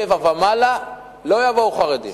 שבע ומעלה לא יבואו חרדים.